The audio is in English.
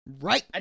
right